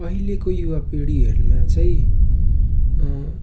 अहिलेको युवा पिँढीहरूमा चाहिँ अँ